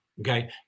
Okay